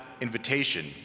invitation